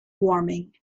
warming